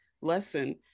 lesson